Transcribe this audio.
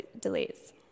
delays